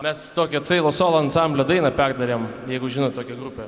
mes tokiį atsainų solo ansamblio dainą perdarėm jeigu žinot tokią grupę